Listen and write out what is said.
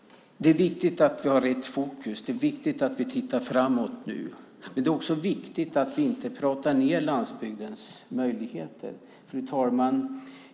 Det är viktigt att vi har rätt fokus. Det är viktigt att vi tittar framåt nu. Men det är också viktigt att vi inte pratar ned landsbygdens möjligheter. Fru talman!